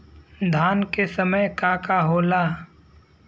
धान के समय का का होला?